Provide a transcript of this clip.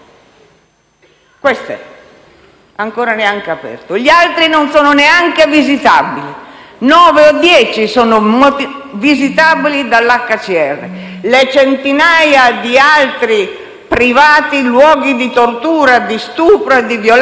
così, non è neanche aperto. Gli altri non sono neanche visitabili: nove o dieci sono visitabili dall'UNHCR, ma le centinaia di altri luoghi privati di tortura, di stupro, di violenza